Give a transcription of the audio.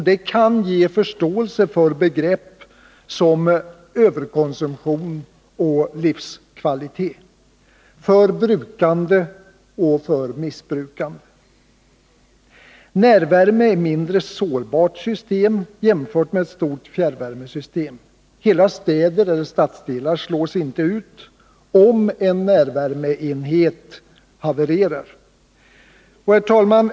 Detta kan ge förståelse för begrepp som överkonsumtion och livskvalitet, som brukande och missbrukande. Närvärme är ett mindre sårbart system än ett stort fjärrvärmesystem. Hela städer eller stadsdelar slås inte ut, om en närvärmeenhet havererar. Herr talman!